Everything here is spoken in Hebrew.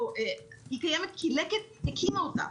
היא קיימת כי לקט הקימה אותה,